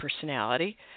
personality